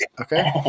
okay